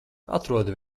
atrodi